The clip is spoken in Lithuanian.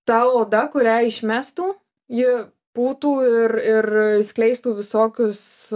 ta oda kurią išmestų ji būtų ir ir skleistų visokius